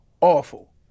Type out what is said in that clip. awful